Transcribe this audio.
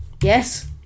Yes